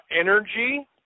energy